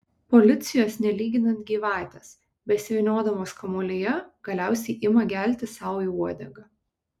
policijos nelyginant gyvatės besivyniodamos kamuolyje galiausiai ima gelti sau į uodegą